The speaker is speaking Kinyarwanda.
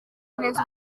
neza